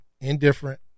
indifferent